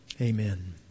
Amen